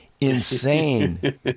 insane